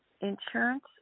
Insurance